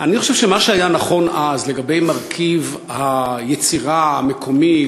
אני חושב שמה שהיה נכון אז לגבי מרכיב היצירה המקומית,